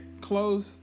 close